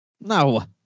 no